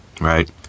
right